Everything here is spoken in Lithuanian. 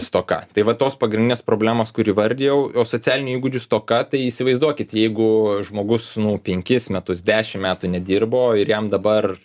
stoka tai vat tos pagrindinės problemos kur įvardijau o socialinių įgūdžių stoka tai įsivaizduokit jeigu žmogus nu penkis metus dešimt metų nedirbo ir jam dabar